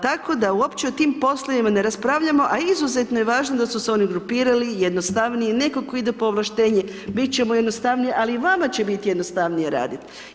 Tako da uopće o tim poslovima ne raspravljamo, a izuzetno je važno da su se oni grupirali jednostavniji neko ko ide po ovlaštenje bit će mu jednostavnije, ali i vama će biti jednostavnije radit.